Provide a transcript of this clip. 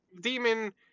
demon